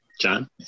John